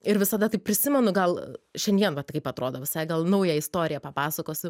ir visada tai prisimenu gal šiandien vat kaip atrodo visai gal naują istoriją papasakosiu